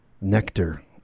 nectar